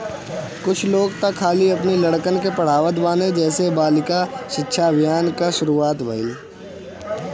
कुछ लोग तअ खाली अपनी लड़कन के पढ़ावत बाने जेसे बालिका शिक्षा अभियान कअ शुरुआत भईल